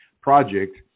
project